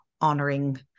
honoring